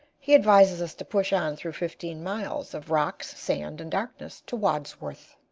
he advises us to push on through fifteen miles of rocks, sand, and darkness, to wadsworth.